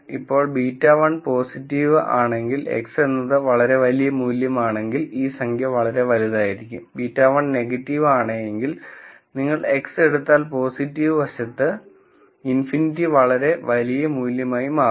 ഇപ്പോൾ β1 പോസിറ്റീവ് ആണെങ്കിൽ X എന്നത് വളരെ വലിയ മൂല്യമാണെങ്കിൽ ഈ സംഖ്യ വളരെ വലുതായിരിക്കും β1 നെഗറ്റീവാണെങ്കിൽ നിങ്ങൾ X എടുത്താൽ പോസിറ്റീവ് വശത്ത് ∞ വളരെ വലിയ മൂല്യമായി മാറും